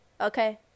okay